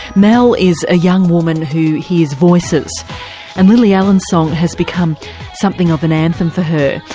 mel is a young woman who hears voices and lily allen's song has become something of an anthem for her.